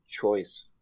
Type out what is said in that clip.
choice